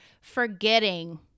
forgetting